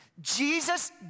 Jesus